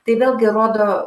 tai vėlgi rodo